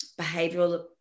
behavioral